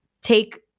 take